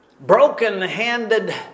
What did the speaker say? broken-handed